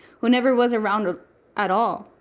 who never was around at all.